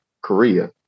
Korea